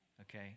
Okay